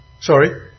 sorry